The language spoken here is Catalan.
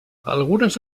algunes